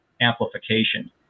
amplification